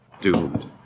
doomed